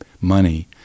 money